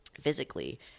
Physically